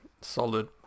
Solid